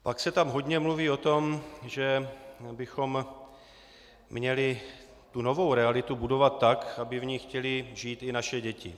Pak se tam hodně mluví o tom, že bychom měli novou realitu budovat tak, aby v ní chtěly žít i naše děti.